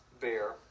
bear